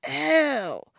Ew